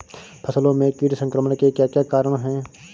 फसलों में कीट संक्रमण के क्या क्या कारण है?